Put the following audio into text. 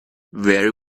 very